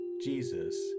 Jesus